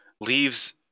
leaves